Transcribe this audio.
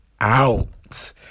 out